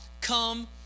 come